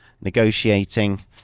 negotiating